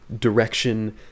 direction